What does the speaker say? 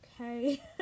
okay